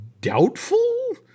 doubtful